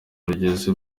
rugeze